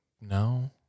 No